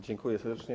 Dziękuję serdecznie.